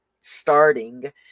starting